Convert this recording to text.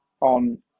on